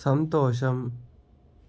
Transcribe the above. సంతోషం